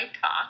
talk